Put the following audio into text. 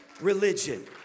religion